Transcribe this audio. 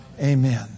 Amen